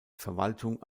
verwaltung